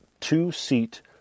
two-seat